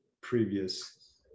previous